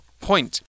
point